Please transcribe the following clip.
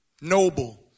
Noble